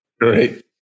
right